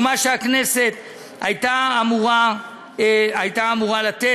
ומה שהכנסת הייתה אמורה לתת,